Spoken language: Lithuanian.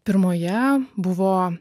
pirmoje buvo